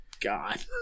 god